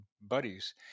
buddies